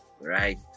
right